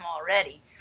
already